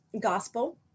gospel